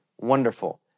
wonderful